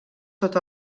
tot